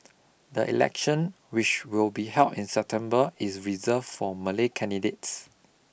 the election which will be held in September is reserved for Malay candidates